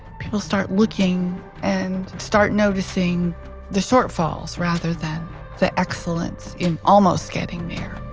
people start looking and start noticing the shortfalls rather than the excellence in almost getting there